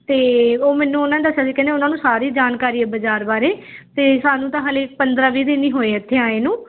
ਅਤੇ ਉਹ ਮੈਨੂੰ ਉਹਨਾਂ ਦੱਸਿਆ ਸੀ ਕਹਿੰਦੇ ਉਹਨਾਂ ਨੂੰ ਸਾਰੀ ਜਾਣਕਾਰੀ ਹੈ ਬਾਜ਼ਾਰ ਬਾਰੇ ਤੇ ਸਾਨੂੰ ਤਾਂ ਹਾਲੇ ਪੰਦਰਾਂ ਵੀਹ ਦਿਨ ਹੀ ਹੋਏ ਇੱਥੇ ਆਏ ਨੂੰ